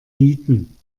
nieten